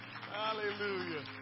hallelujah